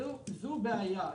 זו בעיה.